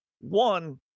One